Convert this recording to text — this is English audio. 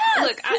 look